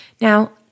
Now